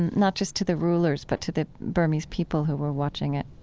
not just to the rulers, but to the burmese people who were watching it?